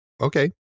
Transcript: okay